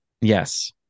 Yes